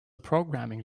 programming